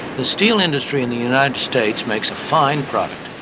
the steel industry in the united states makes a fine product.